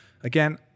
Again